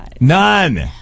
None